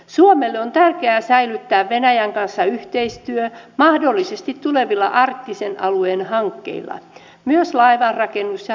suomelle on tärkeää säilyttää venäjän kanssa yhteistyö mahdollisesti tulevilla arktisen alueen hankkeilla myös laivanrakennus ja rakennusaloilla